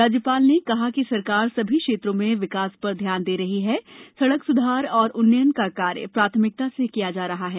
राज्यपाल ने कहा कि सरकार सभी क्षेत्रों में विकास पर ध्यान दे रही है सड़क स्धार और उन्नयन का कार्य प्राथमिकता से किया जा रहा है